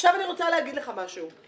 עכשיו אני רוצה להגיד לך משהו.